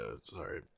Sorry